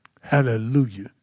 Hallelujah